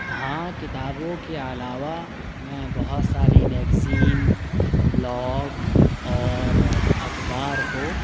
ہاں کتابوں کے علاوہ میں بہت ساری میگزین بلاگ اور اخبار کو